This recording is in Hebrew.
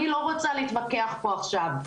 אני לא רוצה להתווכח פה עכשיו.